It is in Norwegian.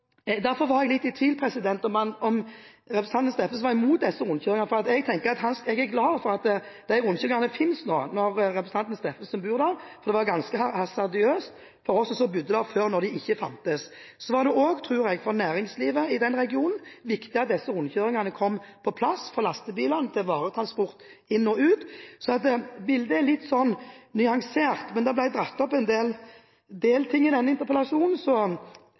Jeg var litt i tvil om representanten Steffensen var imot disse rundkjøringene. Jeg er glad for at de rundkjøringene finnes nå når representanten Steffensen bor der, for det var ganske hasardiøst for oss som bodde der før, når de ikke fantes. Så var det også for næringslivet i regionen, tror jeg, viktig at disse rundkjøringene kom på plass, for lastebilene til varetransport inn og ut, så bildet er litt sånn nyansert. Men det ble dratt fram en del ting i denne interpellasjonen, så